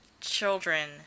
children